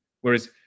whereas